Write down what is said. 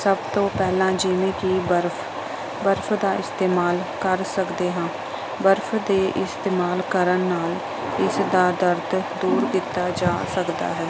ਸਭ ਤੋਂ ਪਹਿਲਾਂ ਜਿਵੇਂ ਕਿ ਬਰਫ਼ ਬਰਫ਼ ਦਾ ਇਸਤੇਮਾਲ ਕਰ ਸਕਦੇ ਹਾਂ ਬਰਫ਼ ਦੇ ਇਸਤੇਮਾਲ ਕਰਨ ਨਾਲ ਇਸ ਦਾ ਦਰਦ ਦੂਰ ਕੀਤਾ ਜਾ ਸਕਦਾ ਹੈ